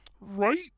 Right